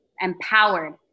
empowered